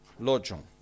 lojong